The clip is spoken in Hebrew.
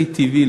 והכי טבעי,